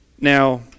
Now